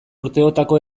urteotako